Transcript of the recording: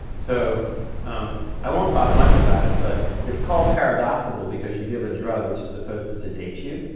so i won't talk much about it, but it's called paradoxical because you give a drug which is supposed to sedate you,